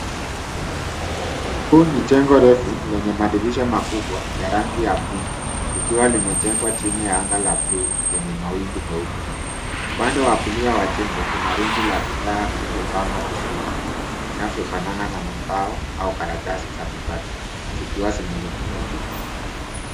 Huu ni jengo refu lenye madirisha makubwa ya rangi ya buluu likiwa limejengwa chini ya anga la buluu lenye mawingu meupe. Upande wa kulia wa jengo kuna rundo la vidhaa vilipangwa vizuri vinavyofanana na mbao au karatasi za mabati zikiwa zimerundikwa juu.